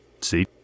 See